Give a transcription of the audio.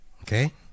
okay